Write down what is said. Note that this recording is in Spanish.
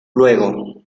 luego